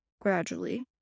gradually